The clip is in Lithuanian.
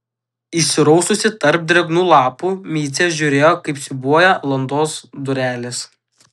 įsiraususi tarp drėgnų lapų micė žiūrėjo kaip siūbuoja landos durelės